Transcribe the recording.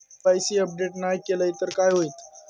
KYC update नाय केलय तर काय होईत?